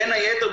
בין היתר,